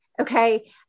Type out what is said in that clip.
Okay